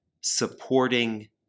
supporting